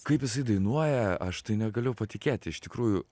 kaip jisai dainuoja aš tai negaliu patikėti iš tikrųjų